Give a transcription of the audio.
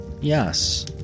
Yes